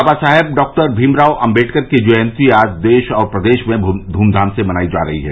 बाबा Saheb doctor Bhimrao Ambedkar की जयंती आज देश और प्रदेश में ध्मधाम से मनाई जा रही है